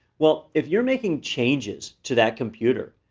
well, if you're making changes to that computer,